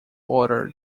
order